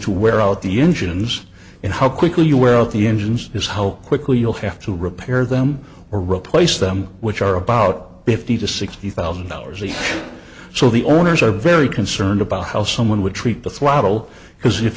to wear out the engines and how quickly you wear out the engines is how quickly you'll have to repair them or replace them which are about fifty to sixty thousand dollars and so the owners are very concerned about how someone would treat the throttle because if